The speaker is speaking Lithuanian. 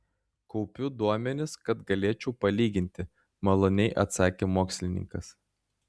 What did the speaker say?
kaupiu duomenis kad galėčiau palyginti maloniai atsakė mokslininkas